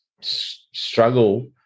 struggle